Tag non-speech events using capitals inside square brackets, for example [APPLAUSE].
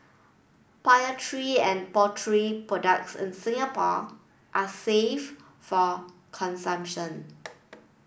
[UNINTELLIGIBLE] and poultry products in Singapore are safe for consumption